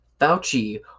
Fauci